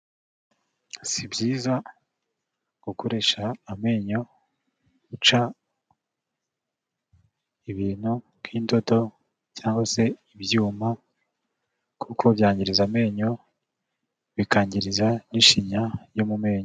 Si byiza gukoresha amenyo uca ibintu, nk'indodo cyangwa se ibyuma, kuko byangiriza amenyo bikangiriza n'ishinya yo mu menyo.